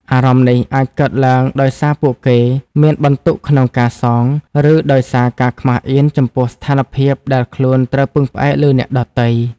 អារម្មណ៍នេះអាចកើតឡើងដោយសារពួកគេមានបន្ទុកក្នុងការសង ឬដោយសារការខ្មាសអៀនចំពោះស្ថានភាពដែលខ្លួនត្រូវពឹងផ្អែកលើអ្នកដទៃ។